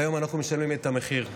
והיום אנחנו משלמים את המחיר.